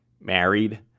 married